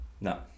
No